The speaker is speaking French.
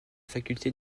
faculté